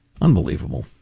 Unbelievable